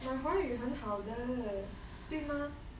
my 华语很好的对吗:hua yu hen hao de dui ma